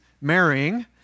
marrying